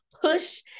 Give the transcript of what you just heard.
push